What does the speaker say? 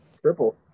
triple